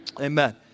Amen